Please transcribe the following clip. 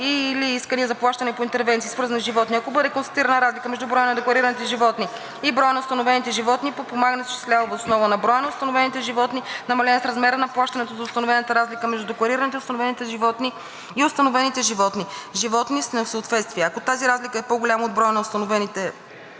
и/или искания за плащане по интервенции, свързани с животни, ако бъде констатирана разлика между броя на декларираните животни и броя на установените животни, подпомагането се изчислява въз основа на броя на установените животни, намален с размера на плащането за установената разлика между декларираните и установените животни – животни с несъответствия. Ако тази разлика е по-голяма от броя на установените